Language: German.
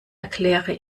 erkläre